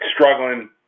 struggling